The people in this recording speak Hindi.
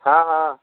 हाँ हाँ